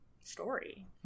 story